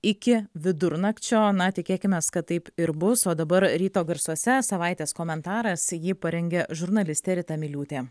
iki vidurnakčio na tikėkimės kad taip ir bus o dabar ryto garsuose savaitės komentaras jį parengė žurnalistė rita miliūtė